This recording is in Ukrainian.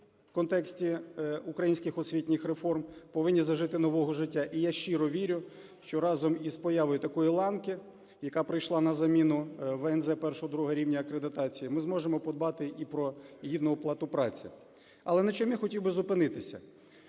в контексті українських освітніх реформ повинні зажити нового життя. І я щиро вірю, що разом із появою такої ланки, яка прийшла на заміну ВНЗ І-ІІ рівня акредитації, ми зможемо подбати і про гідну оплату праці. Але на чому я хотів би зупинитися.